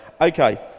Okay